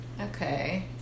okay